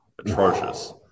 atrocious